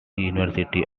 university